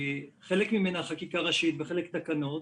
חלק ממנה הוא חקיקה ראשית וחלק הוא תקנות,